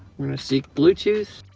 we're gonna seek bluetooth.